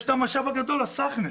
יש את המשאב הגדול, הסחנה,